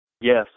yes